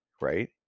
right